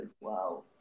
wow